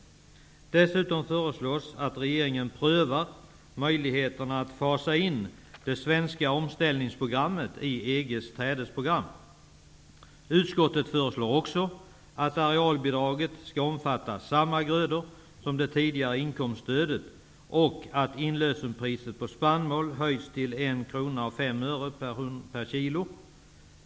Dessutom föreslås att regeringen prövar möjligheterna att fasa in det svenska omställningsprogrammet i EG:s trädesprogram. Utskottet föreslår också att arealbidraget skall omfatta samma grödor som det tidigare inkomststödet och att inlösenpriset på spannmål höjs till 1:05 kr per kilo.